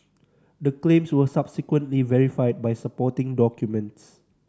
the claims were subsequently verified by supporting documents